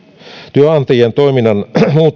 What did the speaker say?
työnantajien toiminnan